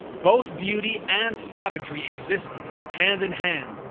both beauty and savagery existed, hand in hand,